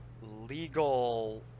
legal